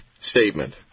statement